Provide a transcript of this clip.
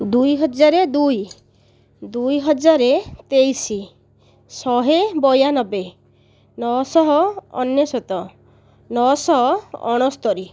ଦୁଇ ହଜାର ଦୁଇ ଦୁଇ ହଜାର ତେଇଶ ଶହ ବୟାନବେ ନଅ ଶହ ଅନେଶତ ନଅ ଶହ ଅଣସ୍ତରି